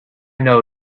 know